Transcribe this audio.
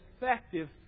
effective